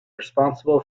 responsible